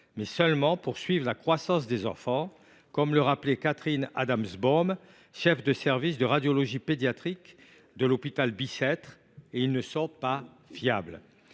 mais seulement pour suivre la croissance des enfants, comme le rappelait Catherine Adamsbaum, cheffe de service de radiologie pédiatrique de l’hôpital Bicêtre, et ils ne sont pas fiables.